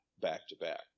back-to-back